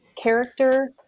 character